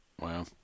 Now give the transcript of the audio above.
Wow